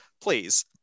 Please